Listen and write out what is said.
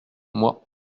moi